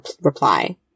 reply